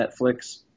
Netflix